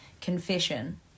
confession